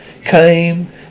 came